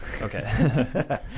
Okay